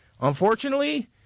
Unfortunately